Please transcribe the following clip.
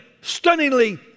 stunningly